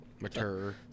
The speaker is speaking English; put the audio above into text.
Mature